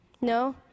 No